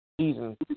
season